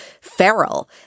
feral